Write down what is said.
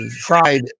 fried